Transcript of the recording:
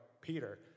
Peter